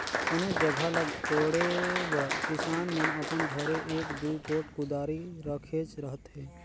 कोनोच जगहा ल कोड़े बर किसान मन अपन घरे एक दूई गोट कुदारी रखेच रहथे